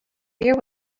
beer